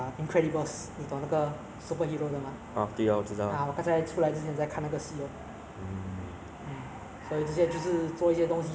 so can you share with me ah what's your experience when you are delivering your whatever food to your ah customer